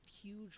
huge